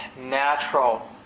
natural